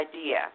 idea